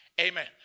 Amen